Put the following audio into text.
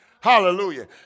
Hallelujah